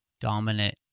dominant